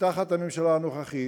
שתחת הממשלה הנוכחית,